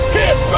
hit